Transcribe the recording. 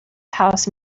house